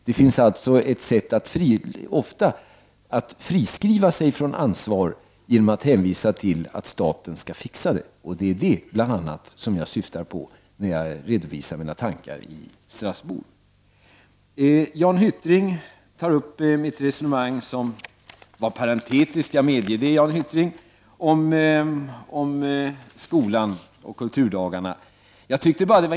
Man kan alltså ofta friskriva sig från ansvar genom att hänvisa till att staten skall fixa det hela. Det var bl.a. detta jag syftade på när jag redovisade mina tankar i Strasbourg. Jan Hyttring tar upp mitt resonemang — som var parentetiskt, det medger jagom skolan och kulturdagarna.